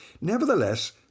Nevertheless